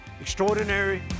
extraordinary